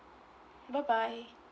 bye bye